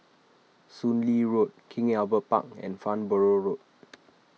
Soon Lee Road King Albert Park and Farnborough Road